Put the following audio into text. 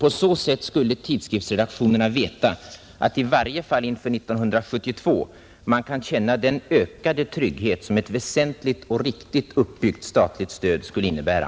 På så sätt skulle tidskriftsredaktionerna veta, att man i varje fall inför 1972 kan känna den ökade trygghet, som ett väsentligt och riktigt uppbyggt statligt stöd skulle innebära.